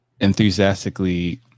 enthusiastically